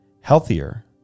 healthier